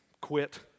quit